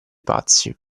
pazzi